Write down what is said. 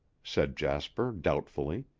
said jasper doubtfully.